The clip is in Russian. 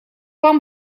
вам